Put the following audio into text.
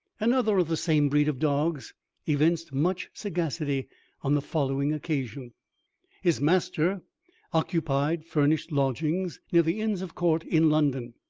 another of the same breed of dogs evinced much sagacity on the following occasion his master occupied furnished lodgings near the inns of court in london.